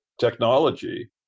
technology